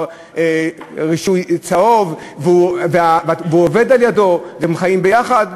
רישוי צהוב והוא עובד לידו והם חיים ביחד,